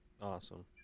Awesome